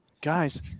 guys